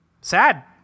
Sad